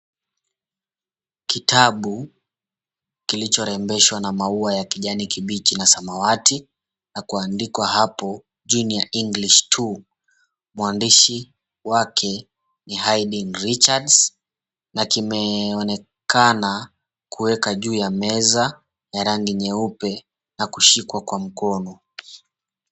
Kitabu kilicho rembeshwa na maua ya kijani kibichi na samawati na kuandikwa hapo jina ya English tu mwandishi wake ni Heinik Richards na kimeonekana kuwekwa juu ya meza ya rangi nyeupe na kushikwa kwa mkono.